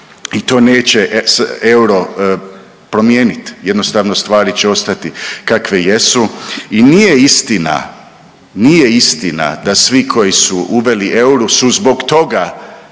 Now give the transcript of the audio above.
i to neće euro promijeniti. Jednostavno stvari će ostati kakve jesu i nije istina, nije istina da svi koji su uveli euro su zbog toga